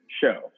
show